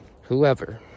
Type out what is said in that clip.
whoever